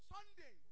Sunday